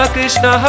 Krishna